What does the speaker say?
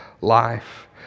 life